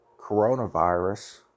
coronavirus